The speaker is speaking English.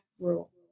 rule